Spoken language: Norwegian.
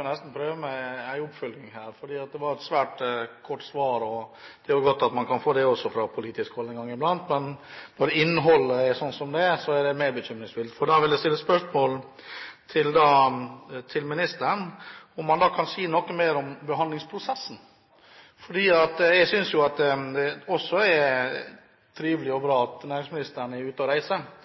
nesten prøve meg med en oppfølging, fordi det var et svært kort svar. Det er jo godt at man kan få det også fra politisk hold en gang i blant, men når innholdet er slik som det, er det bekymringsfullt. Da vil jeg spørre ministeren om han kan si noe mer om behandlingsprosessen. Jeg synes jo også at det er trivelig og bra at næringsministeren er ute og